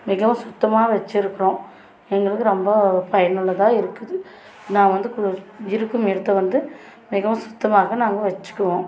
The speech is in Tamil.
மிகவும் சுத்தமாக வச்சிருக்கிறோம் எங்களுக்கு ரொம்ப பயனுள்ளதாக இருக்குது நான் வந்து கு இருக்கும் இடத்தை வந்து மிகவும் சுத்தமாக நாங்கள் வச்சிக்குவோம்